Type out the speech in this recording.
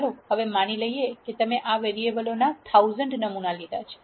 ચાલો હવે માની લઈએ કે તમે આ વેરીએબલો ના 1000 નમૂના લીધા છે